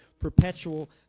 perpetual